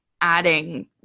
adding